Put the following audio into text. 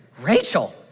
Rachel